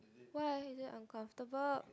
why is it uncomfortable